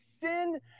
sin